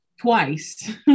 Twice